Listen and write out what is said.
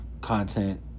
content